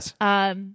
yes